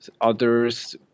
others